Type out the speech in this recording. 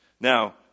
Now